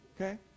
Okay